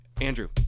Andrew